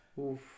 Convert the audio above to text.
Oof